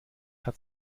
hat